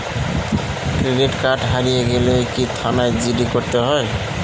Credit card হারিয়ে গেলে কি থানায় জি.ডি করতে হয়?